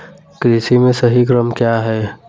कृषि में सही क्रम क्या है?